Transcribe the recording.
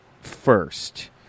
first